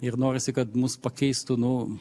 ir norisi kad mus pakeistų nu